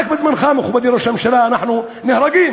רק בזמנך, מכובדי ראש הממשלה, אנחנו נהרגים.